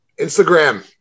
Instagram